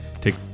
Take